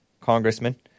congressman